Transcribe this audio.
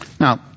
Now